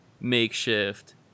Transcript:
makeshift